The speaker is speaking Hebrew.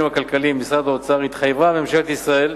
הכלכליים ומשרד האוצר התחייבה ממשלת ישראל